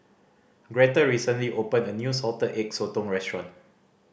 Greta recently opened a new Salted Egg Sotong restaurant